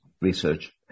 research